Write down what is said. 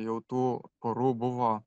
jau tų porų buvo